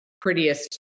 prettiest